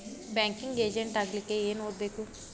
Banking agent ಆಗ್ಲಿಕ್ಕೆ ಏನ್ ಓದ್ಬೇಕು?